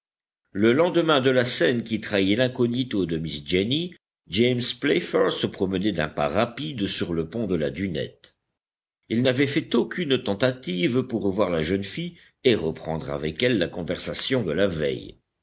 le lendemain de la scène qui trahit l'incognito de miss jenny james playfair se promenait d'un pas rapide sur le pont de la dunette il n'avait fait aucune tentative pour revoir la jeune fille et reprendre avec elle la conversation de la veille